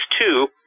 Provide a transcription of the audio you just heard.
two